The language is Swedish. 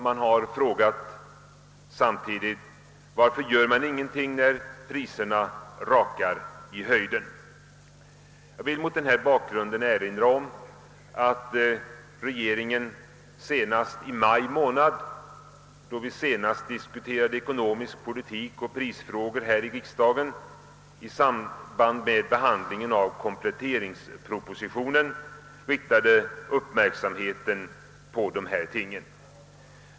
Man har samtidigt frågat, varför ingenting görs när priserna stiger. Jag vill mot denna bakgrund erinra om att regeringen senast i maj månad i år — då vi diskuterade ekonomisk politik och prisfrågor här i riksdagen i samband med behandlingen av kompletteringspropositionen — riktade uppmärksamheten på dessa förhållanden.